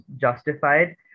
justified